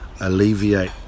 alleviate